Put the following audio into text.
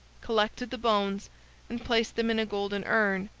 collected the bones and placed them in a golden urn,